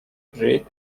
breed